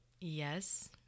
Yes